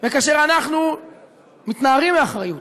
וכאשר אנחנו מתנערים מאחריות,